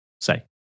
say